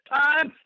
time